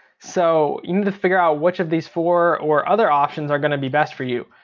so you need to figure out which of these four or other options are gonna be best for you.